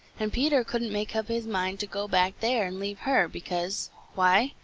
and peter couldn't make up his mind to go back there and leave her, because why,